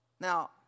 Now